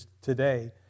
today